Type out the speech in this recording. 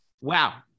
wow